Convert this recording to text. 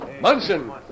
Munson